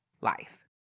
life